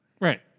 Right